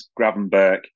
Gravenberg